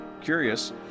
Curious